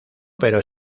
pero